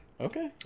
Okay